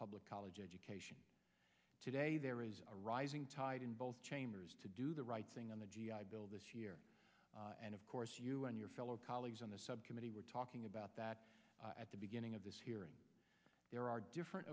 public college education today there is a rising tide in both chambers to do the right thing on the g i bill this year and of course you and your fellow colleagues on the subcommittee we're talking about that at the beginning of this hearing there are different